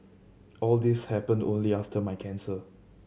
all these happened only after my cancer